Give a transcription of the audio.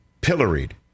pilloried